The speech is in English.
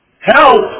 Help